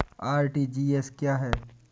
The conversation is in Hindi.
आर.टी.जी.एस क्या है?